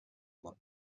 món